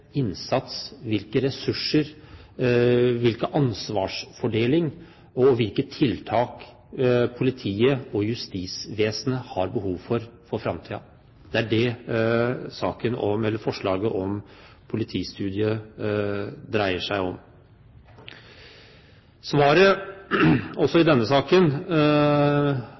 tiltak politiet og justisvesenet har behov for i framtiden. Det er det forslaget om en politistudie dreier seg om. Svaret også i denne saken